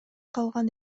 калган